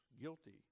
guilty